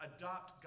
adopt